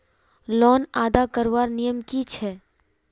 Loan अदा करवार नियम की छे?